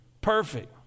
perfect